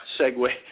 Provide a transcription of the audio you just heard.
segue